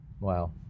Wow